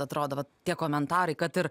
atrodo va tie komentarai kad ir